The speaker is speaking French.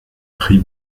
prix